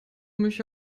mich